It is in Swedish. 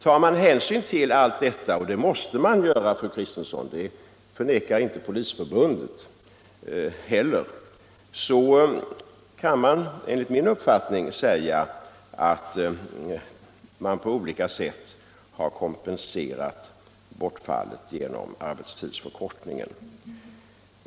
Tar vi hänsyn till allt detta — och det måste man göra, fru Kristensson, det förnekar inte heller Polisförbundet — så kan vi enligt min uppfattning säga att man på olika sätt har kompenserat bortfallet på grund av arbetstidsförkortningen.